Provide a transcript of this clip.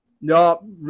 no